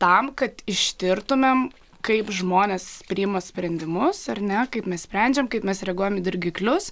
tam kad ištirtumėm kaip žmonės priima sprendimus ar ne kaip mes sprendžiam kaip mes reaguojam į dirgiklius